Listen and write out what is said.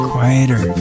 Quieter